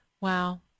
Wow